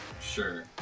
sure